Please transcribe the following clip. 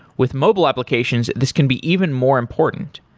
with mobile applications, this can be even more important.